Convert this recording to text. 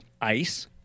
ice